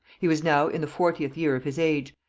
he was now in the fortieth year of his age,